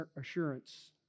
assurance